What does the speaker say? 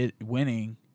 winning